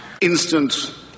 instant